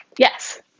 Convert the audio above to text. Yes